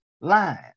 lying